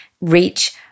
reach